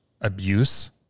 abuse